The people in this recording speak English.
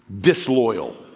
disloyal